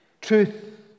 Truth